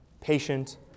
patient